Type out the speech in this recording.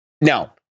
Now